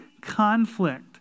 conflict